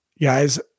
Guys